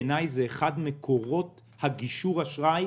בעיניי, זה אחד מקורות גישור האשראי